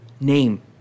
name